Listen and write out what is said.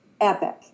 epic